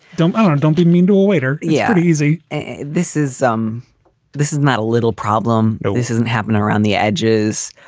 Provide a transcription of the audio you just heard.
don't um don't don't be mean to a waiter. yeah, but easy this is um this is not a little problem. no, this isn't happening around the edges.